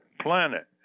planet